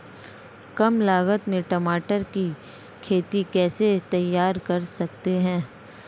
कम लागत में टमाटर की खेती कैसे तैयार कर सकते हैं?